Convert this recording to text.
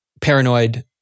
paranoid